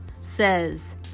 says